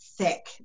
thick